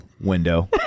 window